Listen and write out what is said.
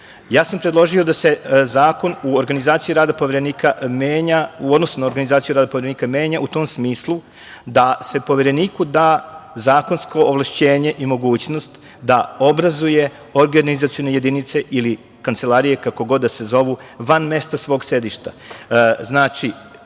menja u odnosu na organizaciju rada Poverenika menja u tom smislu, da se Povereniku da zakonsko ovlašćenje i mogućnost da obrazuje organizacione jedinice ili kancelarije, kako god da se zovu, van mesta svog sedišta.